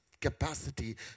capacity